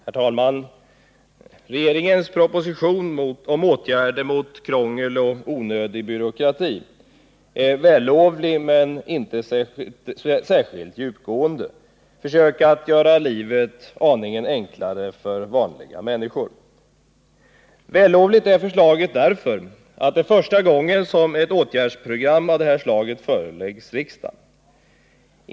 Herr talman! Regeringens proposition om åtgärder mot krångel och onödig byråkrati är ett vällovligt — men inte särskilt djupgående — försök att göra livet litet enklare för vanliga människor. Vällovligt är förslaget därför att det är första gången som ett åtgärdsprogram av detta slag föreläggs riksdagen.